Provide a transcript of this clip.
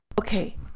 Okay